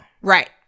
Right